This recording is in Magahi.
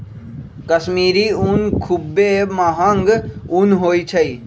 कश्मीरी ऊन खुब्बे महग ऊन होइ छइ